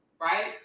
Right